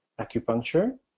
acupuncture